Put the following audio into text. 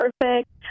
perfect